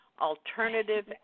alternative